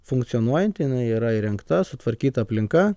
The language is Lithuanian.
funkcionuojanti yra įrengta sutvarkyta aplinka